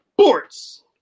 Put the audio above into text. sports